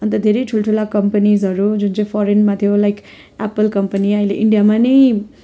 अन्त धेरै ठुलठुला कम्पनिजहरू जुन चाहिँ फोरेनमा थियो लाइक एप्पल कम्पनी अहिले इन्डियामा नै